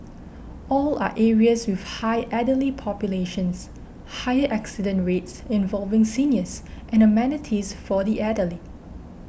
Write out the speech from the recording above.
all are areas with high elderly populations higher accident rates involving seniors and amenities for the elderly